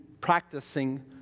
practicing